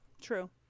True